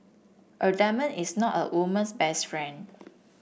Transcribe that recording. a diamond is not a woman's best friend